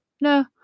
no